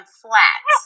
flat